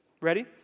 Ready